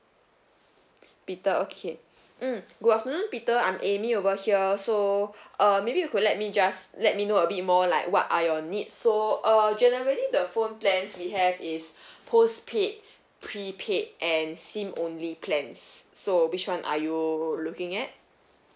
peter okay mm good afternoon peter I'm amy over here so err maybe you could let me just let me know a bit more like what are your needs so uh generally the phone plans we have is postpaid prepaid and SIM only plans so which one are you looking at